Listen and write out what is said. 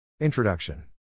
Introduction